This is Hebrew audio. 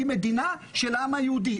היא מדינתו של העם היהודי.